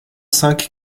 cinq